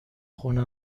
خونه